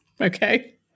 okay